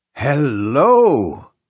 Hello